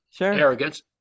arrogance